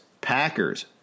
Packers